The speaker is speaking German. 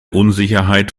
unsicherheit